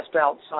outside